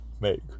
make